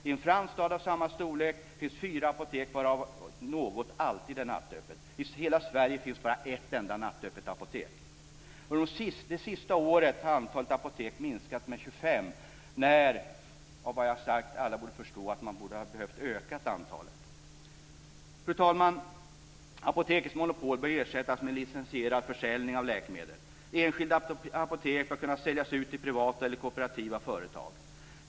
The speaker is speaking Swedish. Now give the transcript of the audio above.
I en fransk stad av samma storlek finns 4 apotek, varav alltid något är nattöppet. I hela Sverige finns bara ett enda nattöppet apotek. Under det senaste året har antalet apotek minskats med 25 samtidigt som, av vad jag har sagt, alla borde förstå att antalet borde ha ökats. Fru talman! Apotekets monopol bör ersättas med licensierad försäljning av läkemedel. Enskilda apotek bör kunna säljas ut till privata eller kooperativa företag.